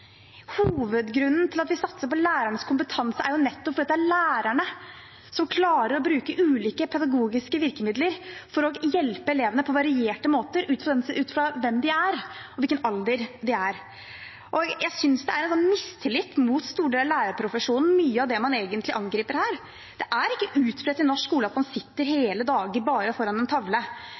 Hovedgrunnen til at vi satser på lærernes kompetanse, er jo nettopp at det er lærerne som klarer å bruke ulike pedagogiske virkemidler for å hjelpe elevene på varierte måter – ut fra hvem de er, og hvilken alder de er i. Jeg synes mye av det man egentlig angriper her, er en mistillit mot store deler av lærerprofesjonen. Det er ikke utbredt i norsk skole at man hele dager bare sitter foran en tavle.